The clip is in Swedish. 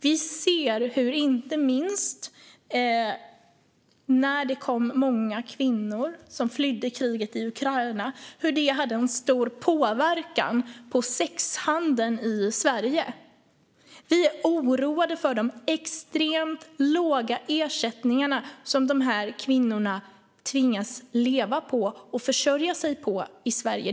Vi såg, inte minst när det kom många kvinnor som flydde från kriget i Ukraina, hur det hade en stor påverkan på sexhandeln i Sverige. Vi är oroade för de extremt låga ersättningarna som dessa kvinnor tvingas leva på och försörja sig på i Sverige.